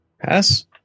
Pass